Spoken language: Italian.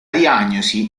diagnosi